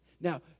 Now